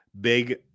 Big